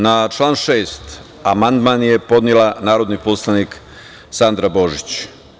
Na član 6. amandman je podnela narodni poslanik Sandra Božić.